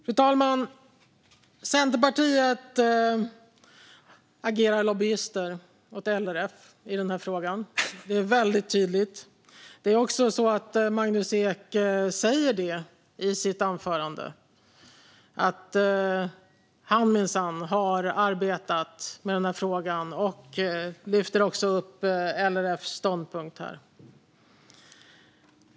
Fru talman! Centerpartiet agerar lobbyister åt LRF i den här frågan. Det är väldigt tydligt. Magnus Ek säger också det i sitt anförande. Han har minsann arbetat med den här frågan. Han lyfter också upp LRF:s ståndpunkt här.